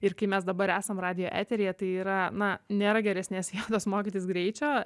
ir kai mes dabar esam radijo eteryje tai yra na nėra geresnės vietos mokytis greičio